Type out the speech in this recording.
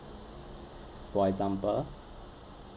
for example